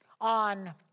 on